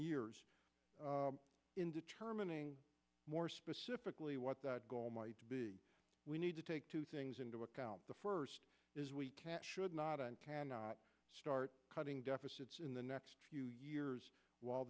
years in determining more specifically what that goal might be we need to take two things into account the first should not and cannot start cutting deficits in the next few years while